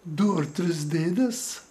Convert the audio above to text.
du ar tris dėdes